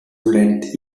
length